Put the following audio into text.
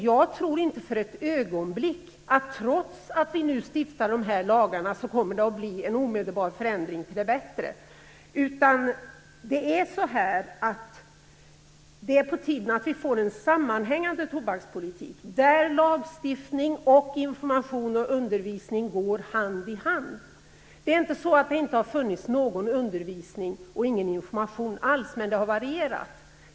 Jag tror inte för ett ögonblick att det, trots att vi nu stiftar dessa lagar, kommer att bli en omedelbar förändring till det bättre. Det är på tiden att vi får en sammanhängande tobakspolitik, där lagstiftning, information och undervisning går hand i hand. Det är inte så att det inte har funnits någon undervisning och information alls, men omfattningen har varierat.